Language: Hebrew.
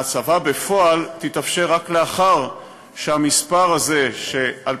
ההצבה בפועל תתאפשר רק לאחר שהמספר הזה יאושר,